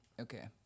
Okay